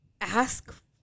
ask